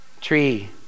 tree